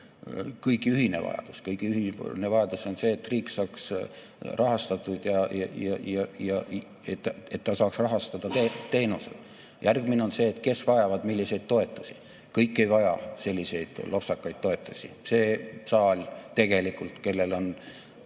Kõigi ühine vajadus on see, et riik saaks rahastatud ja et ta saaks rahastada teenuseid. Järgmine on see, et kes vajavad milliseid toetusi. Kõik ei vaja selliseid lopsakaid toetusi. See saal tegelikult, ehkki